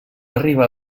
arribar